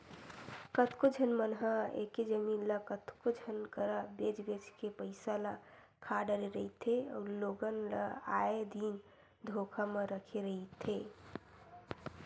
कतको झन मन ह एके जमीन ल कतको झन करा बेंच बेंच के पइसा ल खा डरे रहिथे अउ लोगन ल आए दिन धोखा म रखे रहिथे